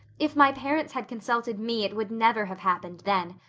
if my parents had consulted me it would never have happened then.